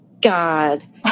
God